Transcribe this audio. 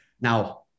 Now